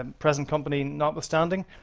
um present company notwithstanding,